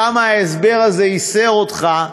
כמה ההסבר הזה ייסר אותך,